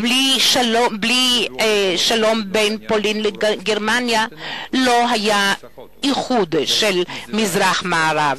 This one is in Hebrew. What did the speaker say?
בלי הפיוס בין פולין לגרמניה לא היה איחוד של מזרח מערב.